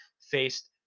faced